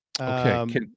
Okay